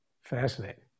Fascinating